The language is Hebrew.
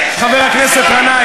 זה שקר, חבר הכנסת גנאים?